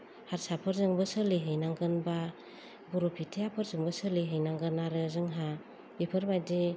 हारसाफोरजोंबो सोलिहैनांगोन एबा बरफेतियाफोरजोंबो सोलिहैनांगोन आरो जोंहा बेफोरबादि